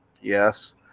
yes